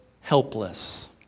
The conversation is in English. helpless